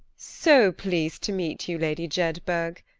so pleased to meet you, lady jedburgh.